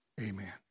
Amen